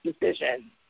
decision